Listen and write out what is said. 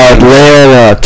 Atlanta